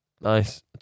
Nice